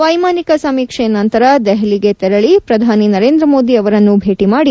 ವೈಮಾನಿಕ ಸಮೀಕ್ಷೆ ನಂತರ ದೆಹಲಿಗೆ ತೆರಳಿ ಪ್ರಧಾನಿ ನರೇಂದ್ರ ಮೋದಿ ಅವರನ್ನು ಭೇಟಿ ಮಾಡಿ